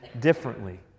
differently